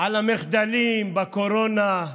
על המחדלים בקורונה,